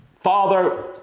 Father